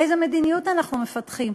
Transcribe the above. איזו מדיניות אנחנו מפתחים?